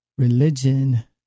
Religion